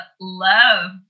love